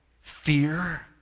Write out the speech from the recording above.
fear